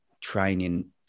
training